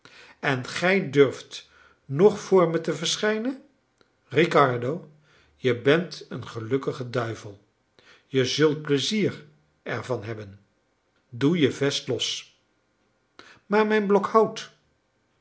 en gij durft nog vr me verschijnen riccardo je bent een gelukkige duivel je zult pleizier ervan hebben doe je vest los maar mijn blok hout